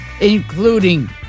including